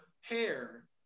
hair